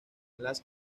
las